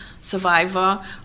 survivor